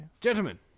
Gentlemen